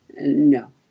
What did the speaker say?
No